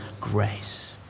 grace